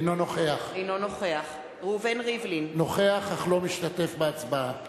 אינו נוכח ראובן ריבלין, נוכח אך לא משתתף בהצבעה.